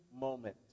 moment